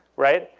right?